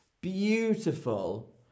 Beautiful